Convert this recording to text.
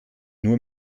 nur